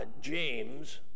James